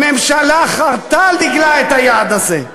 הממשלה חרתה על דגלה את היעד הזה,